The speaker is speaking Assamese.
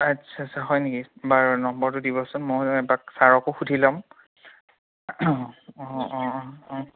আচ্ছা আচ্ছা হয় নেকি বাৰু নম্বৰটো দিবচোন মই এপাক ছাৰকো সুধি ল'ম অঁ অঁ